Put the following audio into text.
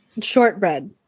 Shortbread